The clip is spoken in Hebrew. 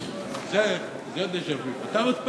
זה דז'ה-וו, אתה עוד הפעם?